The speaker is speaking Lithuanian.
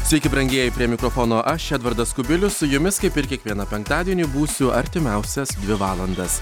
sveiki brangieji prie mikrofono aš edvardas kubilius su jumis kaip ir kiekvieną penktadienį būsiu artimiausias dvi valandas